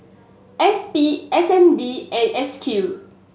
S P S N B and S Q